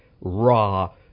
raw